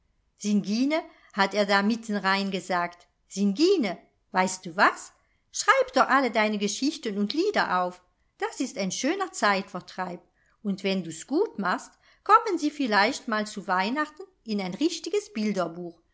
erzählten singine hat er da mittenrein gesagt singine weißt du was schreib doch alle deine geschichten und lieder auf das ist ein schöner zeitvertreib und wenn du's gut machst kommen sie vielleicht mal zu weihnachten in ein richtiges bilderbuch